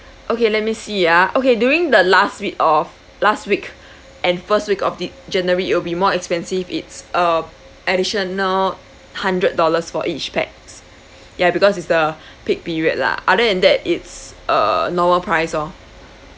okay let me see ah okay during the last week of last week and first week of de~ january it'll be more expensive it's uh additional hundred dollars for each pax ya because it's the peak period lah other than that it's uh normal price lor